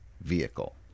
vehicle